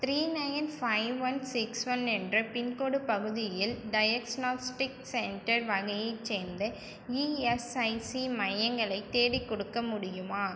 three nine five one six one என்ற pin code பகுதியில் diagnostics centre வகையைச் சேர்ந்த இஎஸ்ஐசி மையங்களை தேடிக்கொடுக்க முடியுமா